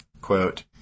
quote